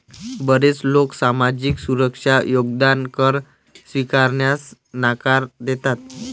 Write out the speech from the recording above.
बरेच लोक सामाजिक सुरक्षा योगदान कर स्वीकारण्यास नकार देतात